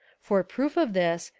for proof of this,